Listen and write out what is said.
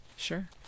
Sure